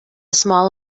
small